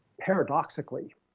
paradoxically